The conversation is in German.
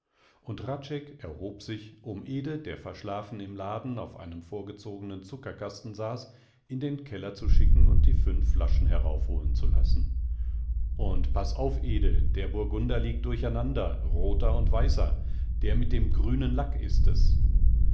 und hradscheck erhob sich um ede der verschlafen im laden auf einem vorgezogenen zuckerkasten saß in den keller zu schicken und die fünf flaschen heraufholen zu lassen und paß auf ede der burgunder liegt durcheinander rother und weißer der mit dem grünen lack ist es